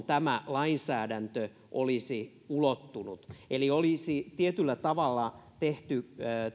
tämä lainsäädäntö olisi ulottunut eli olisi tietyllä tavalla tehty